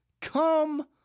Come